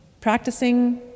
practicing